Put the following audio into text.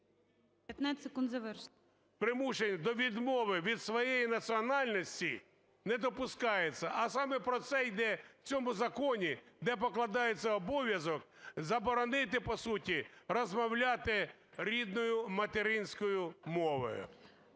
15 секунд завершити. НІМЧЕНКО В.І. … примушення до відмови від своєї національності не допускається. А саме про це йдеться в цьому законі, де покладається обов'язок заборонити по суті розмовляти рідною материнською мовою.